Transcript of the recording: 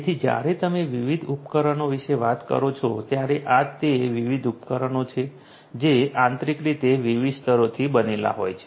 તેથી જ્યારે તમે વિવિધ ઉપકરણો વિશે વાત કરો છો ત્યારે આ તે વિવિધ ઉપકરણો છે જે આંતરિક રીતે વિવિધ સ્તરોથી બનેલા હોય છે